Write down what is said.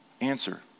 Answer